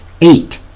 eight